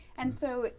and so,